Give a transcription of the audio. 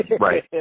Right